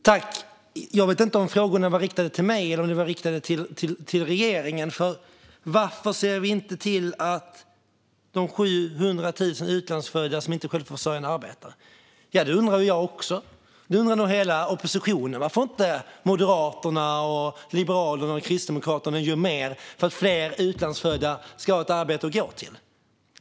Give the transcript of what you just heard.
Fru talman! Jag vet inte om frågorna var riktade till mig eller till regeringen. Varför vi inte ser till att de 700 000 utlandsfödda som inte är självförsörjande arbetar - ja, det undrar jag också. Hela oppositionen undrar nog varför inte Moderaterna, Liberalerna och Kristdemokraterna gör mer för att fler utlandsfödda ska ha ett arbete att gå till.